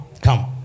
come